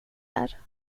här